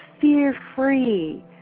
fear-free